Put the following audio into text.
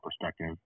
perspective